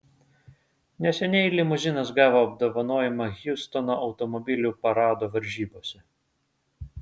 neseniai limuzinas gavo apdovanojimą hjustono automobilių parado varžybose